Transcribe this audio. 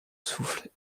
souffle